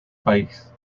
país